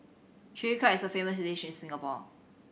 Chilli Crab is a famous dish in Singapore